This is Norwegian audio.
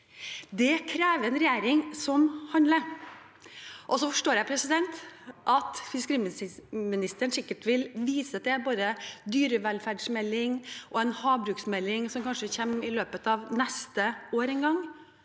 Det krever en regjering som handler. Så forstår jeg at fiskeriministeren sikkert vil vise til både dyrevelferdsmelding og en havbruksmelding som kanskje kommer i løpet av neste år en gang,